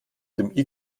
dem